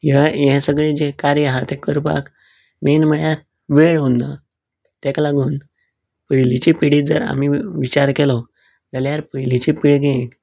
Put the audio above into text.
ह्या हें सगलें जें कार्य आसा तें करपाक मेन म्हळ्यार वेळ उरना तेका लागून पयलीची पिढी जर आमी विचार केलो जाल्यार पयलीचे पिळगेक